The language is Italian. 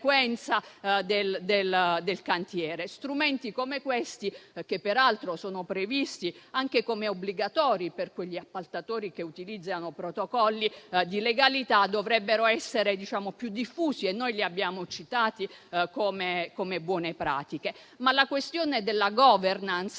del cantiere. Strumenti come questi, che peraltro sono previsti anche come obbligatori per gli appaltatori che utilizzano protocolli di legalità, dovrebbero essere più diffusi e noi li abbiamo citati come buone pratiche. La questione della *governance*